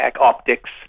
optics